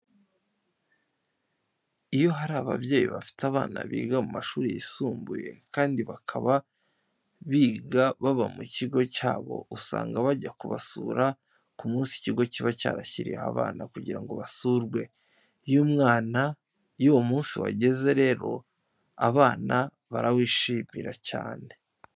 Iyo hari ababyeyi bafite abana biga mu mashuri yisumbuye, kandi bakaba biga baba mu bigo byabo, usanga bajya kubasura ku munsi ikigo kiba cyarashyiriyeho abana kugira ngo basurwe. Iyo uwo munsi wageze rero, abana barawishimira cyane.